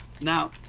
Now